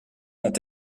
ont